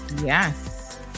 Yes